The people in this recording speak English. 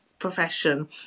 profession